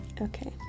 Okay